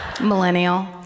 millennial